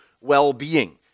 well-being